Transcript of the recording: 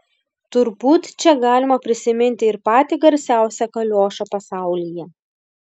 turbūt čia galima prisiminti ir patį garsiausią kaliošą pasaulyje